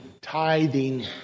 tithing